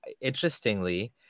interestingly